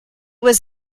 was